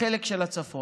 בחלק של הצפון?